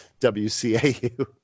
WCAU